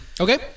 okay